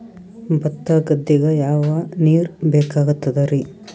ಭತ್ತ ಗದ್ದಿಗ ಯಾವ ನೀರ್ ಬೇಕಾಗತದರೀ?